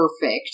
perfect